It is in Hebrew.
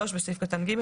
(3)בסעיף קטן (ג),